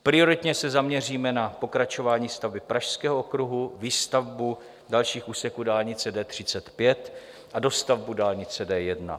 Prioritně se zaměříme na pokračování stavby Pražského okruhu, výstavbu dalších úseků dálnice D35 a dostavbu dálnice D1.